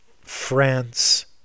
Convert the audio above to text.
france